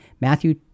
Matthew